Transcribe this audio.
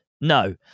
No